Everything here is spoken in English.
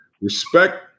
Respect